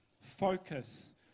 focus